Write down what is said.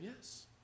yes